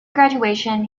graduation